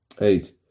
Eight